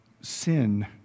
sin